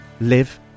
live